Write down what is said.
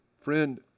Friend